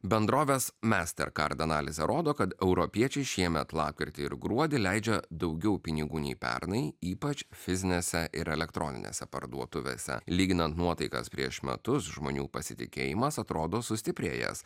bendrovės mastercard analizė rodo kad europiečiai šiemet lapkritį ir gruodį leidžia daugiau pinigų nei pernai ypač fizinėse ir elektroninėse parduotuvėse lyginant nuotaikas prieš metus žmonių pasitikėjimas atrodo sustiprėjęs